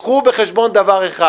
אבל קחו בחשבון דבר אחד